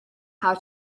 how